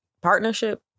partnership